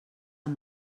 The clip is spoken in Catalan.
amb